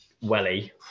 welly